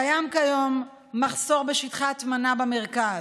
קיים כיום מחסור בשטחי הטמנה במרכז,